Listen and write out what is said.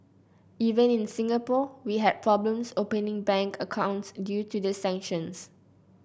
even in Singapore we had problems opening bank accounts due to the sanctions